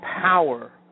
power